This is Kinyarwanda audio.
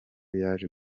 yaje